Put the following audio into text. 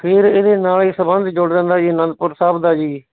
ਫਿਰ ਇਹਦੇ ਨਾਲ਼ ਇਹ ਸਬੰਧ ਜੁੜ ਜਾਂਦਾ ਜੀ ਅਨੰਦਪੁਰ ਸਾਹਿਬ ਦਾ ਜੀ